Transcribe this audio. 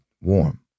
warm